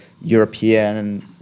European